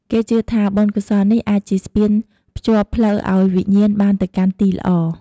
គេជឿថា បុណ្យកុសលនេះអាចជាស្ពានភ្ជាប់ផ្លូវឱ្យវិញ្ញាណបានទៅកាន់ទីល្អ។